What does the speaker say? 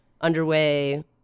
underway